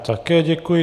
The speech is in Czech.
Také děkuji.